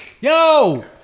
yo